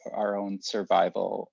our own survival